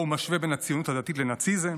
שבו הוא משווה בין הציונות הדתית לנאציזם.